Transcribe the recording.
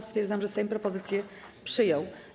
Stwierdzam, że Sejm propozycję przyjął.